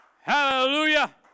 Hallelujah